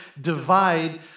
divide